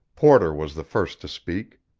porter was the first to speak.